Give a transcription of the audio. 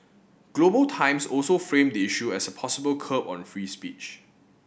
Global Times also framed the issue as a possible curb on free speech